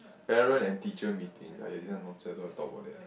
parent and teacher meeting !aiya! this one nonsense I don't want to talk about that